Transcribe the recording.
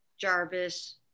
Jarvis